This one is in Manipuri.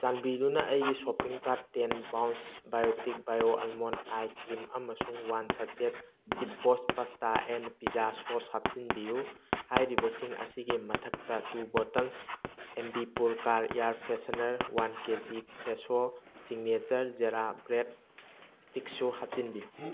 ꯆꯟꯕꯤꯗꯨꯅ ꯑꯩꯒꯤ shopping card ten pouch Biotique bio almond eye cream ꯑꯃꯁꯨꯡ ꯋꯥꯟ ꯁꯆꯦꯠ ꯖꯤꯐꯕꯣꯁ ꯄꯥꯁꯇꯥ ꯑꯦꯟ ꯄꯤꯖꯥ ꯁꯣꯁ ꯍꯥꯞꯆꯤꯟꯕꯤꯌꯨ ꯍꯥꯏꯔꯤꯕꯁꯤꯡ ꯑꯁꯤꯒꯤ ꯃꯊꯛꯇ two bottles Ambi Pur car air freshener one K G Fresho signature jeera bread ꯏꯁꯇꯤꯛꯁꯨ ꯍꯥꯞꯆꯤꯟꯕꯤꯌꯨ